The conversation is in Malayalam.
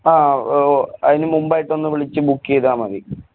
ആ ആ ഓ അതിന് മുമ്പായിട്ടൊന്ന് വിളിച്ച് ബുക്ക് ചെയ്താൽ മതി